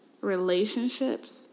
Relationships